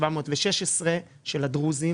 716 של הדרוזים,